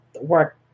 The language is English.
work